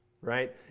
Right